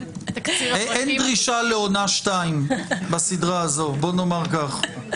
אין דרישה לעונה שתיים בסדרה הזאת, בואו נאמר כך.